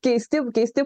keisti keisti